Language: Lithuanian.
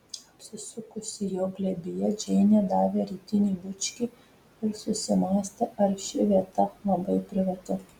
apsisukusi jo glėbyje džeinė davė rytinį bučkį ir susimąstė ar ši vieta labai privati